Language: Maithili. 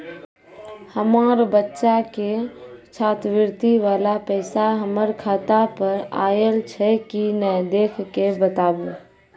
हमार बच्चा के छात्रवृत्ति वाला पैसा हमर खाता पर आयल छै कि नैय देख के बताबू?